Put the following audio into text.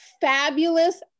fabulous